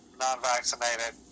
non-vaccinated